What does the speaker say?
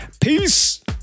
Peace